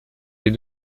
les